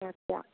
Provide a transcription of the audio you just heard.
আচ্ছা